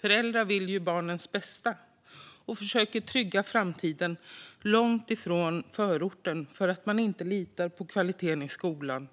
Föräldrar vill ju barnens bästa och försöker trygga framtiden långt från förorten eftersom man inte litar på att kvaliteten i den närmaste skolan